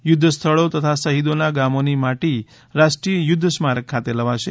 યુદ્વ સ્થળો તથા શહીદોના ગામોની માટી રાષ્ટ્રીય યુદ્ધ સ્મારક ખાતે લવાશે